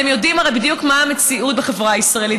אתם הרי יודעים בדיוק מה המציאות בחברה הישראלית: